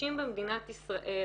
נשים במדינת ישראל